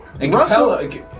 Russell